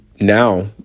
now